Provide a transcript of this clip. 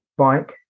bike